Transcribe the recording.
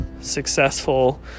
successful